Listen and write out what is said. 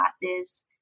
classes